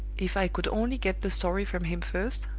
if i could only get the story from him first,